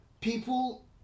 people